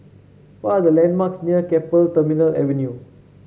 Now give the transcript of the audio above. what are the landmarks near Keppel Terminal Avenue